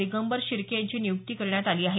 दिगंबर शिर्के यांची नियुक्ती करण्यात आली आहे